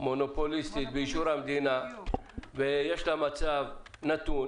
מונופוליסטית באישור המדינה ויש לה מצב נתון.